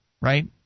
right